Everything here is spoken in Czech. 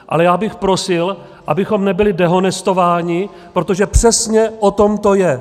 Ale já bych prosil, abychom nebyli dehonestováni, protože přesně o tom to je.